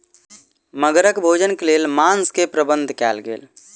मगरक भोजन के लेल मांस के प्रबंध कयल गेल